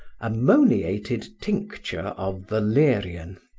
ammoniated tincture of valerian.